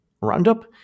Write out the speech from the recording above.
roundup